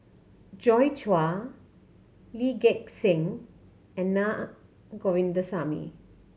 Joi Chua Lee Gek Seng and Naa Govindasamy